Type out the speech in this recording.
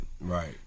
Right